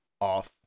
off